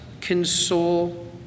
console